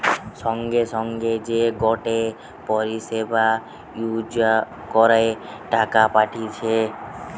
সঙ্গে সঙ্গে যে গটে পরিষেবা ইউজ করে টাকা পাঠতিছে